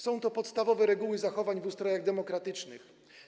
Są to podstawowe reguły zachowań w ustrojach demokratycznych.